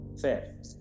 fair